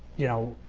you know,